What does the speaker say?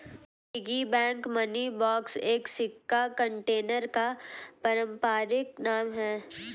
piggy bank money box एक सिक्का container का पारंपरिक नाम है